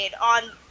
on